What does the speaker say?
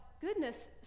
goodness